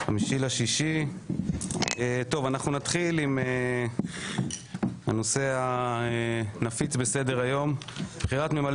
5.6. אנחנו נתחיל עם הנושא של בחירת ממלא